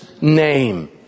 name